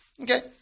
Okay